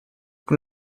con